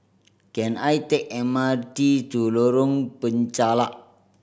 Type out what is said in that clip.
can I take M R T to Lorong Penchalak